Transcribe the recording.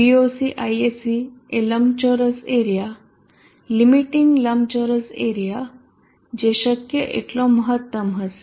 Voc Isc એ લંબચોરસ area limiting લંબચોરસ એરીયા જે શક્ય એટલો મહત્તમ હશે